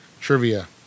trivia